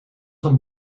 een